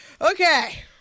Okay